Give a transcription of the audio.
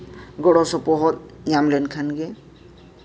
ᱜᱚᱲᱚ ᱥᱚᱯᱚᱦᱚᱫ ᱧᱟᱢ ᱞᱮᱱᱠᱷᱟᱱ ᱜᱮ